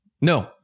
No